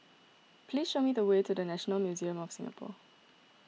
please show me the way to the National Museum of Singapore